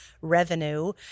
revenue